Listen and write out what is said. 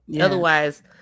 Otherwise